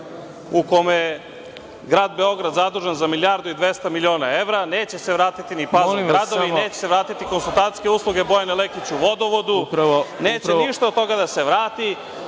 u kome je Grad Beograd zadužen za milijardu i dvesta miliona evra, neće se vratiti ni pali gradovi, neće se vratiti konsultantske usluge Bojane Lekić u vodovodu, neće ništa od toga da se vrati,